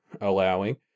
allowing